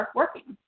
working